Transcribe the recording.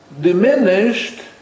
diminished